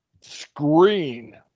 screen